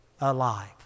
alive